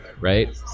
right